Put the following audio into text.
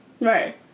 right